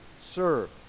serve